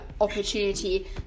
opportunity